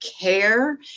care